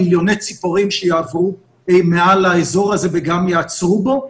מיליוני ציפורים שיעברו מעל האזור הזה וגם יעצרו בו.